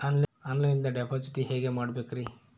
ಆನ್ಲೈನಿಂದ ಡಿಪಾಸಿಟ್ ಹೇಗೆ ಮಾಡಬೇಕ್ರಿ?